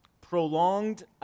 Prolonged